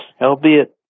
albeit